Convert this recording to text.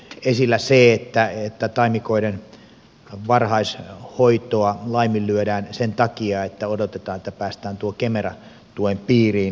onhan esillä se että taimikoiden varhaishoitoa laiminlyödään sen takia että odotetaan että päästään tuon kemera tuen piiriin